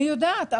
אני יודעת.